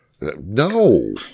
No